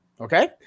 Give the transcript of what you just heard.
Okay